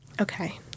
Okay